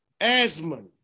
Asmon